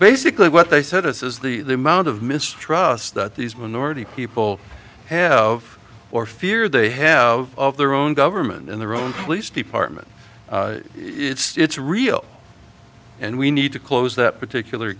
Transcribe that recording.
basically what they said this is the amount of mistrust that these minority people have or fear they have of their own government and their own police department it's real and we need to close that particular